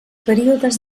períodes